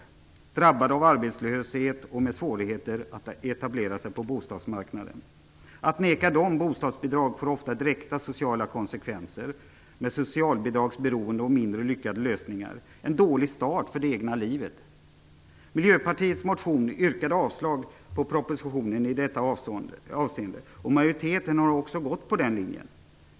De är ofta drabbade av arbetslöshet och har svårigheter att etablera sig på bostadsmarknaden. Att neka dem bostadsbidrag får ofta direkta sociala konsekvenser i form av socialbidragsberoende och mindre lyckad lösningar. Det blir en dålig start på det egna livet. Miljöpartiets motion yrkade avslag på propositionen i detta avseende. Majoriteten har också gått på den linjen.